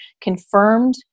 confirmed